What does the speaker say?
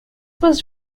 was